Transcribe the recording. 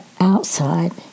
outside